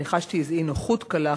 אני חשתי קצת איזו אי-נוחות קלה,